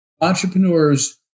entrepreneurs